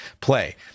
play